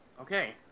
Okay